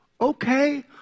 okay